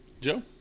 Joe